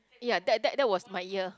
ya that that that was my year